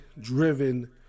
driven